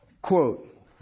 Quote